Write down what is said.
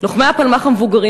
"לוחמי הפלמ"ח המבוגרים,